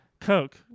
Coke